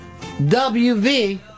WV